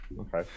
okay